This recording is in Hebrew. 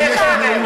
מותר לי לשאול שאלה.